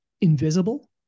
invisible